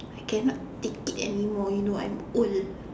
I cannot take it anymore you know I'm old